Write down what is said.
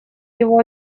его